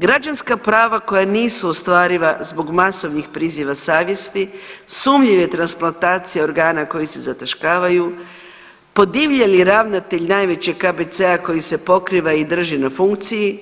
Građanska prava koja nisu ostvariva zbog masovnih priziva savjesti, sumnjive transplantacije organa koji se zataškavaju, podivljali ravnatelj najvećeg KBC-a koji se pokriva i drži na funkciji,